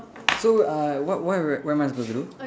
so uh what why what am I supposed to do